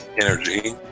energy